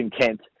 Kent